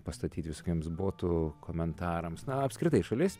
pastatyt visokiems botų komentarams na apskritai šalis